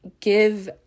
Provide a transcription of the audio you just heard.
give